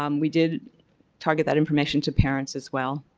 um we did target that information to parents as well.